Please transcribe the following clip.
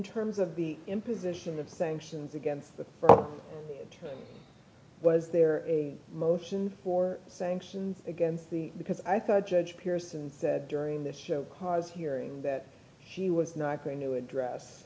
terms of the imposition of sanctions against the was there a motion for sanctions against the because i thought judge pearson said during the show cause hearing that he was not going to address